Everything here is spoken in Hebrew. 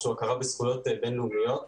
שהוא הכרה בזכויות בין-לאומיות.